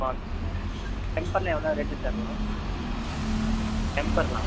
okay sir temper எல்லாம் எவ்வளோ rate sir வரும் ஓடுறது டெம்ப்பர் எல்லாம்